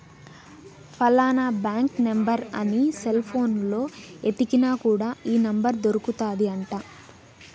ఫలానా bank number అని cell పోనులో ఎతికిన కూడా ఈ నెంబర్ దొరుకుతాది అంట